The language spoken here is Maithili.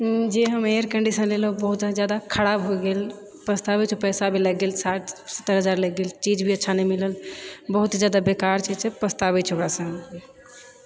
जे हम एयर कंडीशन लेलहुँ बहुत जादा खराब होए गेल पछताबै छी पैसा भी लागि गेल सत्रह हजार लागि गेल चीज भी अच्छा नहि मिलल बहुत जादा बेकार चीज छै पछ्ताबै छिऐ ओकरासँ हम